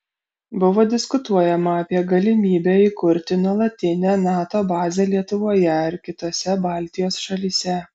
buvo diskutuojama apie galimybę įkurti nuolatinę nato bazę lietuvoje ar kitose baltijos šalyse